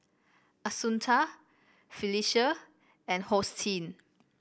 Assunta Phylicia and Hosteen